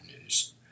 news